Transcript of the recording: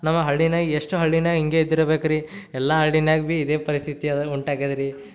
ನಮ್ಮ ಹಳ್ಳಿನಾಗೆ ಎಷ್ಟು ಹಳ್ಳಿ ಹಿಂಗೇ ಇದ್ದಿರಬೇಕ್ರಿ ಎಲ್ಲ ಹಳ್ಳಿನಾಗೆ ಬಿ ಇದೇ ಪರಿಸ್ಥಿತಿ ಇದೆ ಉಂಟಾಗಿದ್ರಿ